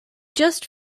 just